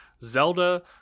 Zelda